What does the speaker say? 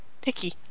Picky